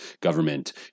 government